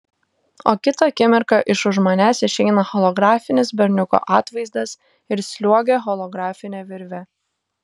o kitą akimirką iš už manęs išeina holografinis berniuko atvaizdas ir sliuogia holografine virve